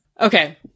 Okay